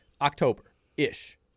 October-ish